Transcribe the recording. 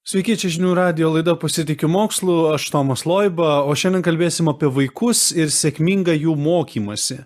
sveiki čia žinių radijo laida pasitikiu mokslu aš tomas loiba o šiandien kalbėsim apie vaikus ir sėkmingą jų mokymąsi